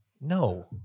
No